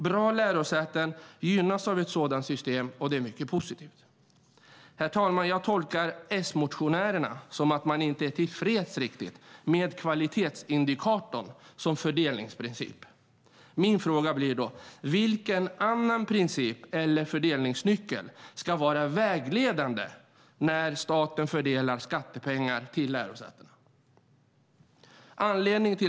Bra lärosäten gynnas av ett sådant system, och det är mycket positivt. Herr talman! Jag tolkar S-motionärerna som att de inte är riktigt till freds med kvalitetsindikatorn som fördelningsprincip. Min fråga blir då: Vilken annan princip eller fördelningsnyckel ska vara vägledande när staten fördelar skattepengar till lärosätena?